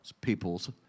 peoples